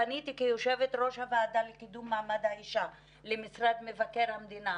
פניתי כיושבת ראש הוועדה לקידום מעמד האישה למשרד מבקר המדינה,